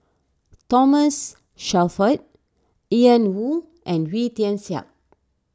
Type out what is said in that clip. Thomas Shelford Ian Woo and Wee Tian Siak